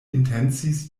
intencis